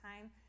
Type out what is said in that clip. time